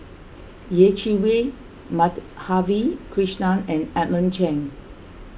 Yeh Chi Wei Madhavi Krishnan and Edmund Cheng